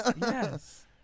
Yes